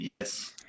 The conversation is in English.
Yes